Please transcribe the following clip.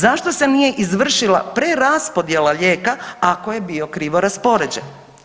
Zašto se nije izvršila preraspodjela lijeka ako je bio krivo raspoređen?